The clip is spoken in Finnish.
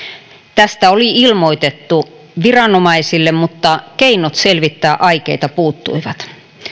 tästä oli ilmoitettu viranomaisille mutta keinot selvittää aikeita puuttuivat